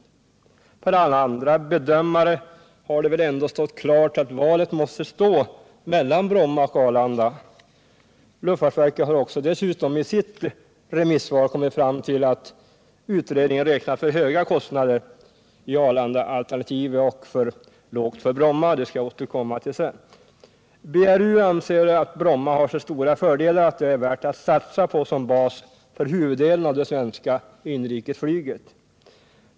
För alla andra bedömare har det ändå stått klart att valet måste stå mellan Bromma och Arlanda. Luftfartsverket har dessutom i sitt remissvar kommit fram till att utredningen har räknat med för höga kostnader i Arlandaalternativet och för låga kostnader i Brommaalternativet. Jag skall återkomma till det sedan. BRU anser att Bromma har så stora fördelar att det är värt att satsa på som bas för huvuddelen av det svenska inrikesflyget.